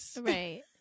Right